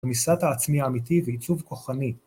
כניסת העצמי האמיתי ועיצוב כוחני.